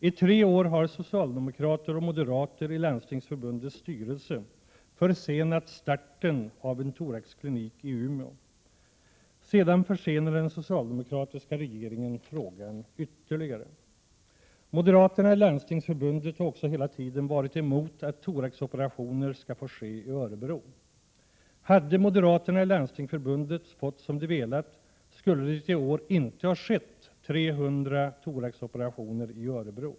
I tre år har socialdemokraterna och moderater i Landstingsförbundets styrelse försenat starten av en thoraxklinik i Umeå. Sedan försenade den socialdemokratiska regeringen frågan ytterligare. Moderaterna i Landstingsförbundet har också hela tiden varit emot att thoraxoperationer skall få ske i Örebro. Hade moderaterna i Landstingsförbundet fått som de velat, skulle det i år inte ha skett 300 thoraxoperationer i Örebro.